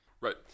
Right